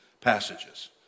passages